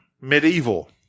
Medieval